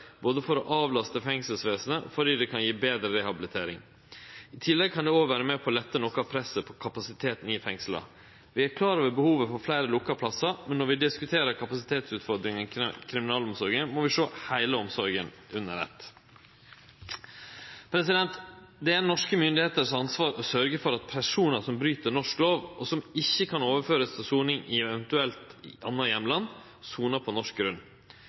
både for å avlaste fengselsvesenet og fordi det kan gje betre rehabilitering. I tillegg kan det vere med på å lette noko av presset på kapasiteten i fengsla. Vi er klar over behovet for fleire lukka plassar, men når vi diskuterer kapasitetsutfordringar i kriminalomsorga, må vi sjå heile omsorga under eitt. Det er ansvaret til norske myndigheiter å sørgje for at personar som bryt norsk lov, og som ikkje kan overførast til soning i eventuelt anna heimland, sonar på norsk grunn.